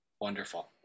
wonderful